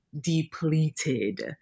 depleted